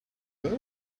there